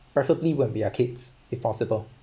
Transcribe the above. preferably when we are kids if possible